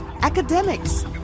academics